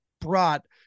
brought